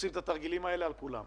עושים את התרגילים האלה על כולם.